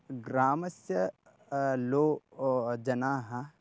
ग्रामस्य लो जनाः